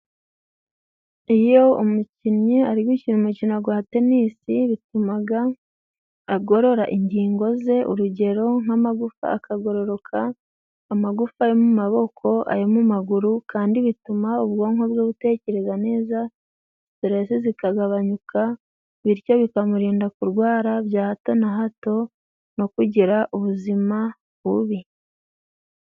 Iyo umukinnyi ari gukina umukino gwa tenisi bitumaga agorora ingingo ze. Urugero nk'amagufa akagororoka, amagufa yo mu maboko, ayo mu maguru, kandi bituma ubwonko bwe butekereza neza, siteresi zikagabanyuka, bityo bikamurinda kurwara bya hato na hato no kugira ubuzima bubi.